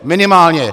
Minimálně.